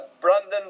Brandon